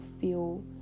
feel